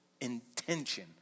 intention